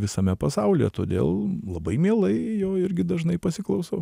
visame pasaulyje todėl labai mielai jo irgi dažnai pasiklausau